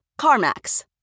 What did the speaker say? CarMax